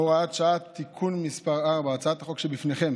(הוראת שעה) (תיקון מס' 4). הצעת החוק שבפניכם